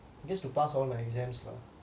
I guess to pass all the exams lah